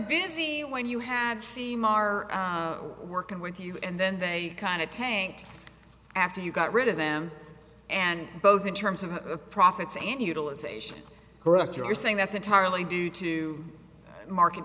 busy when you had seem are working with you and then they kind of tanked after you got rid of them and both in terms of profits and utilization correct you're saying that's entirely due to market